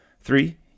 three